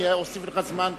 אני אוסיף לך זמן כמובן.